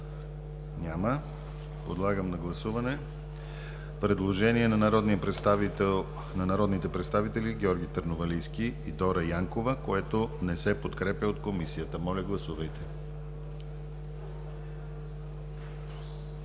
Няма. Подлагам на гласуване предложението на народните представители Георги Търновалийски и Дора Янкова, което не се подкрепя от Комисията. Моля, гласувайте.